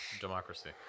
democracy